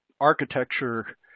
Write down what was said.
architecture